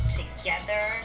together